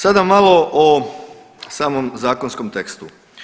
Sada malo o samom zakonskom tekstu.